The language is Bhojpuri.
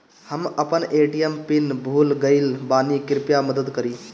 हम अपन ए.टी.एम पिन भूल गएल बानी, कृपया मदद करीं